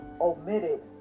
omitted